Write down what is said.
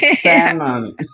Salmon